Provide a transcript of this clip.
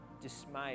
dismayed